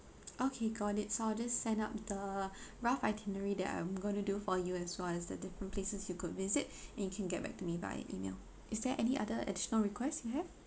okay got it so I'll just sent out the rough itinerary that I'm going to do for you as well as the different places you could visit and you can get back to me via email is there any other additional requests you have